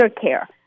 care